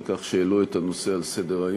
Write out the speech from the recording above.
על כך שהעלו את הנושא לסדר-היום.